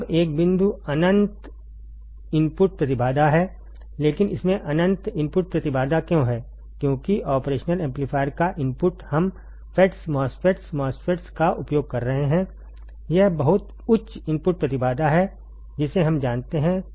अब यह बिंदु अनंत इनपुट प्रतिबाधा है लेकिन इसमें अनंत इनपुट प्रतिबाधा क्यों है क्योंकि ऑपरेशनल एम्पलीफायर का इनपुट हम FETs MOSFETs MOSFETs का उपयोग कर रहे हैं यह बहुत उच्च इनपुट प्रतिबाधा है जिसे हम जानते हैं